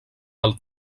del